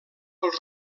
pels